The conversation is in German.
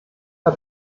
der